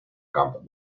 camp